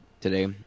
today